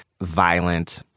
violent